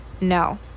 no